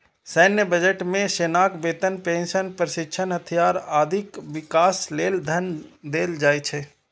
सैन्य बजट मे सेनाक वेतन, पेंशन, प्रशिक्षण, हथियार, आदिक विकास लेल धन देल जाइ छै